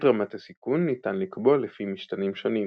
את רמת הסיכון ניתן לקבוע לפי משתנים שונים,